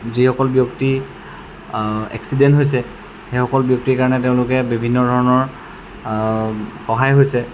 যিসকল ব্যক্তি এক্সিডেণ্ট হৈছে সেইসকল ব্যক্তিৰ কাৰণে তেওঁলোকে বিভিন্ন ধৰণৰ সহায় হৈছে